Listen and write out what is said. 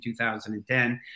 2010